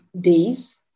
days